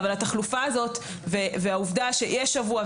התחלופה הזאת והעובדה שיש שבוע,